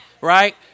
right